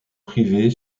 privée